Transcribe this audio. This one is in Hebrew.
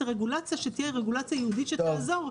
הרגולציה שתהיה רגולציה ייעודית שתעזור.